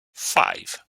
five